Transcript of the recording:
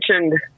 mentioned